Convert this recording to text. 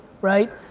right